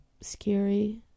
scary